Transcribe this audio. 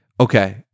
Okay